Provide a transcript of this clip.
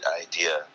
idea